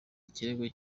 ikirego